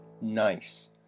Nice